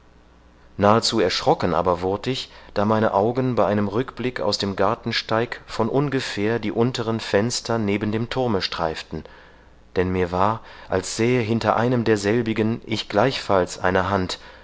nahezu erschrocken aber wurd ich da meine augen bei einem rückblick aus dem gartensteig von ungefähr die unteren fenster neben dem thurme streiften denn mir war als sähe hinter einem derselbigen ich gleichfalls eine hand